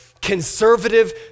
conservative